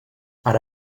ara